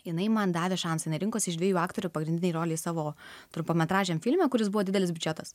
jinai man davė šansą jinai rinkosi dviejų aktorių pagrindinei rolei savo trumpametražiam filme kuris buvo didelis biudžetas